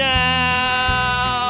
now